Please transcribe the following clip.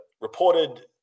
reported